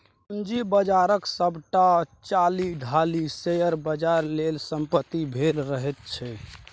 पूंजी बाजारक सभटा चालि ढालि शेयर बाजार लेल समर्पित भेल रहैत छै